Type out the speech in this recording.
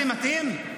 זה מתאים?